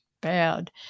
bad